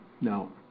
no